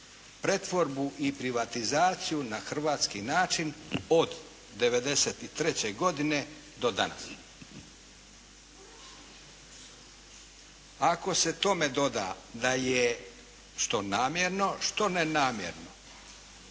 pretvorbu i privatizaciju na hrvatski način od 93. godine do danas. Ako se tome doda da je što namjerno, što nenamjerno